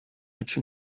match